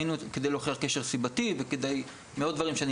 היינו צריכים כדי להוכיח קשר סיבתי ועוד דברים שאני